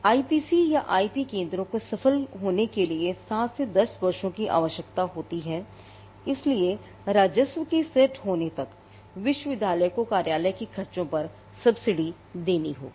IPC या IP केंद्रों को सफल होने के लिए 7 से 10 वर्षों की आवश्यकता होती है इसलिए राजस्व के सेट होने तक विश्वविद्यालय को कार्यालय के खर्चों पर सब्सिडी देनी होगी